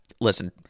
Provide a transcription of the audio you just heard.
listen